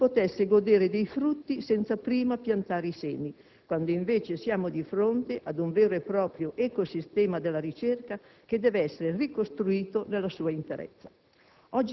come se si potesse godere dei frutti senza prima piantare i semi, quando invece siamo di fronte ad un vero e proprio ecosistema della ricerca che deve essere ricostruito nella sua interezza.